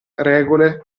regole